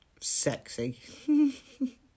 sexy